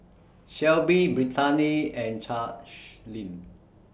Shelbi Brittaney and Charleen